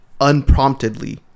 unpromptedly